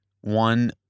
one